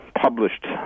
published